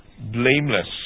blameless